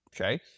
okay